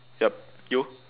yup you